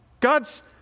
God's